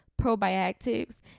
probiotics